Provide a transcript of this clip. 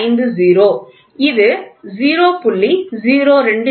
950 இது 0